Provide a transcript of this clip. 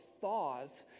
thaws